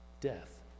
death